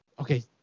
Okay